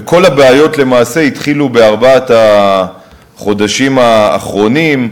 וכל הבעיות למעשה התחילו בארבעת החודשים האחרונים,